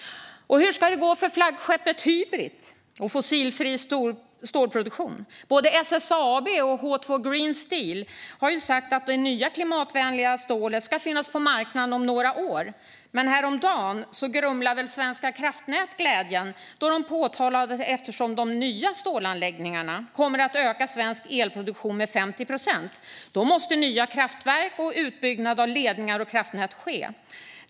Hur ska det gå för flaggskeppet Hybrit och fossilfri stålproduktion? Både SSAB och H2 Green Steel har sagt att det nya klimatvänliga stålet ska finnas på marknaden om några år. Men häromdagen grumlade Svenska kraftnät glädjen då de sa: Eftersom de nya stålanläggningarna kommer att innebära att svensk elproduktion ökar med 50 procent måste det till nya kraftverk, och en utbyggnad av ledningar och kraftnät måste ske.